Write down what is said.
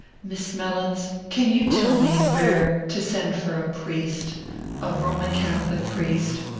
miss mellins, can you tell me where to send for a priest a roman catholic priest?